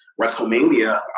WrestleMania